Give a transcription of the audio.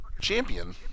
champion